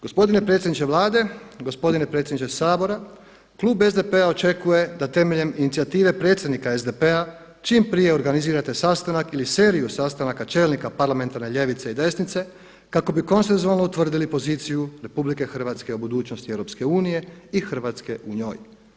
Gospodine predsjedniče Vlade, gospodine predsjedniče Sabora, klub SDP-a očekuje da temeljem inicijative predsjednika SDP-a čim prije organizirate sastanak ili seriju sastanaka čelnika parlamentarne ljevice i desnice kako bi konsensualno utvrdili poziciju RH o budućnosti EU i Hrvatske u njoj.